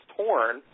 torn